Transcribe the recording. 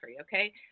Okay